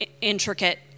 intricate